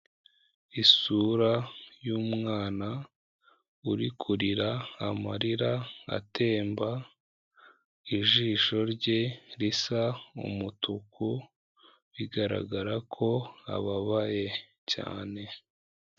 Isura y'umwana uri kurira amarira atemba, ijisho rye risa umutuku, bigaragara ko ababaye cyane.